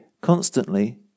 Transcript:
constantly